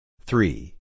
Three